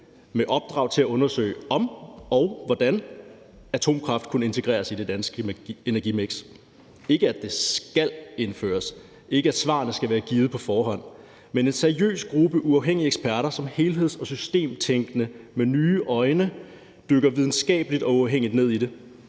med opdrag til at undersøge, om og hvordan atomkraft kunne integreres i det danske energimiks; ikke at det skal indføres, ikke at svarene skal være givet på forhånd, men det skal være en seriøs gruppe uafhængige eksperter, som helheds- og systemtænkende med nye øjne dykker videnskabeligt og uafhængigt ned i det